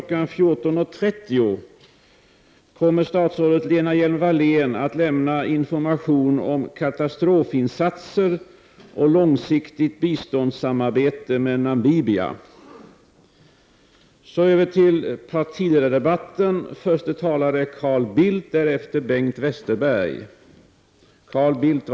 14.30 kommer att lämna information om katastrofinsatser och långsiktigt biståndssamarbete med Namibia.